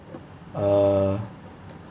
uh